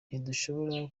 ntidushobora